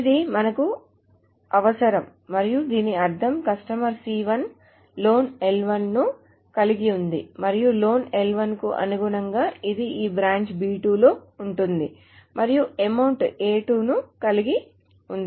ఇది మనకు అవసరం మరియు దీని అర్థం కస్టమర్ C1 లోన్ L1 ను కలిగి ఉంది మరియు లోన్ L1 కు అనుగుణంగా ఇది ఈ బ్రాంచ్ B2 లో ఉంటుంది మరియు అమౌంట్ A2 ను కలిగి ఉంది